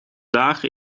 dagen